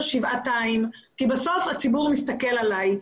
שבעתיים כי בסוף הציבור מסתכל עלי.